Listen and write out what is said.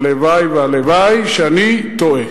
הלוואי והלוואי שאני טועה